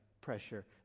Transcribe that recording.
pressure